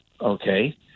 Okay